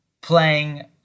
playing